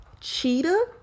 cheetah